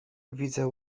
widzę